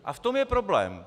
A v tom je problém.